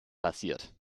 passiert